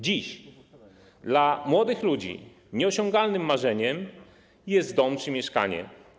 Dziś dla młodych ludzi nieosiągalnym marzeniem jest dom czy mieszkanie.